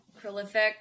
prolific